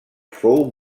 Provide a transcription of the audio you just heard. fou